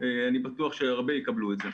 אני בטוח שהרבה יקבלו את זה.